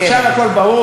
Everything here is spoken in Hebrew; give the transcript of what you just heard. עכשיו הכול ברור,